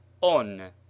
on